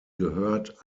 gehört